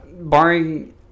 barring